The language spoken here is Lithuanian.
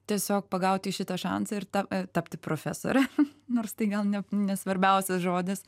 tiesiog pagauti šitą šansą ir tada tapti profesore nors tai gal ne svarbiausias žodis